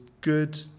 good